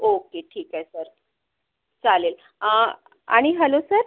okay ठीकए sir चालेल अं आणि हॅलो सर